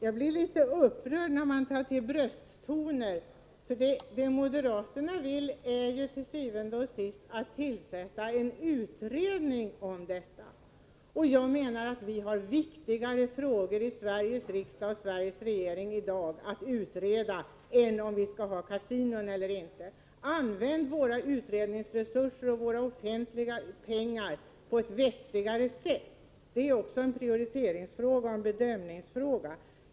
Jag blir litet upprörd, när man tar till brösttoner. Vad moderaterna vill är til syvende og sidst att tillsätta en utredning om detta. Det finns emellertid i dag viktigare frågor att behandla i Sveriges riksdag och Sveriges regering än om vi skall ha kasinon eller inte. Använd våra utredningsresurser och offentliga pengar på ett vettigare sätt! Det är också en prioriteringsfråga och en bedömningsfråga.